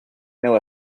know